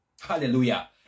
Hallelujah